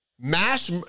Mass